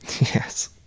Yes